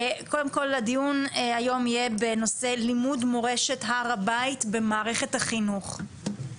הדיון היום יהיה בנושא לימוד מורשת הר הבית במערכת החינוך.